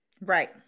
Right